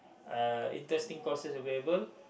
uh interesting courses available